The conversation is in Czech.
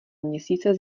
měsíce